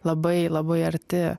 labai labai arti